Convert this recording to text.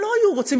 הם לא היו רוצים,